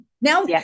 Now